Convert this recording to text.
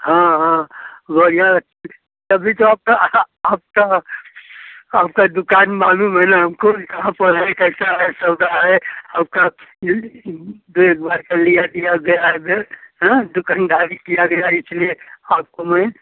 हाँ हाँ बढ़िया तभी तो आपका आपका आपका दुकान मालूम है न हमको कि कहाँ पर है कैसा है सौदा है और का दो एक बार से लिया दिया गया है बेर हाँ दुकनदारी किया गया इसलिए आपको मैं